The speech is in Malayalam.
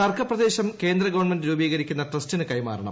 തർക്കപ്രദേശം കേന്ദ്രഗവൺമെന്റ് രൂപീകരിക്കുന്ന ട്രസ്റ്റിന് കൈമാറണം